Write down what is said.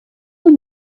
nous